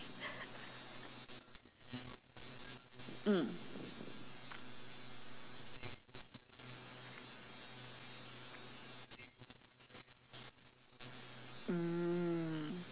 mm mm